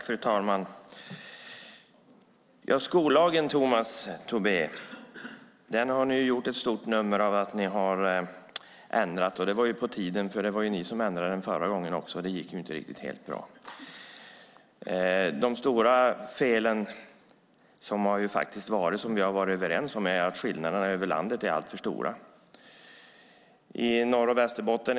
Fru talman! Ni har gjort ett stort nummer av att ni har ändrat skollagen, Tomas Tobé. Det var på tiden. Det var också ni som ändrade den förra gången, och det gick inte helt bra. Vi har varit överens om att de stora felen är att skillnaderna över landet är alltför stora.